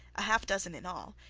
a half-dozen in all,